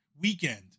weekend